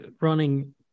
running